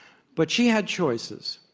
but she had choices.